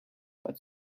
but